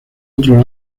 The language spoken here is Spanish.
otro